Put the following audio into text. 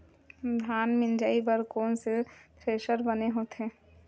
धान मिंजई बर कोन से थ्रेसर बने होथे?